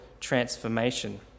transformation